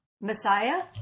Messiah